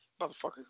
Motherfucker